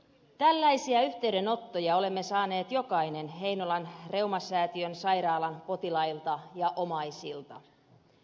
tällaisia yhteydenottoja olemme saaneet jokainen heinolan reumasäätiön sairaalan potilailta ja omaisilta